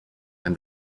and